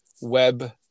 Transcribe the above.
web